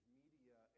media